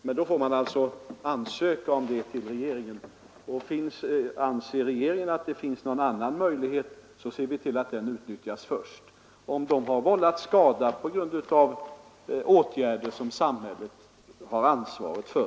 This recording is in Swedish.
Men då får man alltså ansöka hos regeringen om sådan ersättning. Anser vi i regeringen att det finns någon annan möjlighet att lämna ersättning, ser vi till att den utnyttjas först, om djuren har vållat skada på grund av åtgärder som samhället har ansvaret för.